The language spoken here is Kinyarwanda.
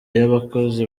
y’abakozi